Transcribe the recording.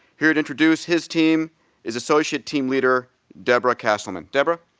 here to introduce his team is associate team leader deborah castleman. deborah?